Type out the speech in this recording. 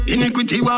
Iniquity